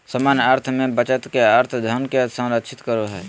सामान्य अर्थ में बचत के अर्थ धन के संरक्षित करो हइ